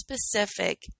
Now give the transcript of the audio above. specific